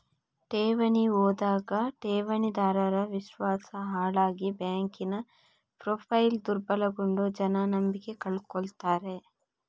ಠೇವಣಿ ಹೋದಾಗ ಠೇವಣಿದಾರರ ವಿಶ್ವಾಸ ಹಾಳಾಗಿ ಬ್ಯಾಂಕಿನ ಪ್ರೊಫೈಲು ದುರ್ಬಲಗೊಂಡು ಜನ ನಂಬಿಕೆ ಕಳ್ಕೊತಾರೆ